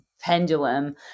pendulum